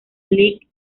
league